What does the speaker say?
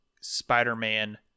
Spider-Man